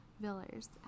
Villers